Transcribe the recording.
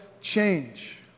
change